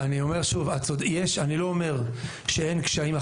אני אומר שוב: אני לא אומר שאין קשיים.